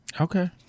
Okay